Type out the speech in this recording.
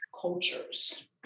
cultures